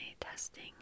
testing